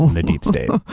um the deep state.